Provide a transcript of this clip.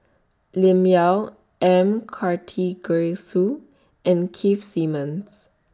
Lim Yau M Karthigesu and Keith Simmons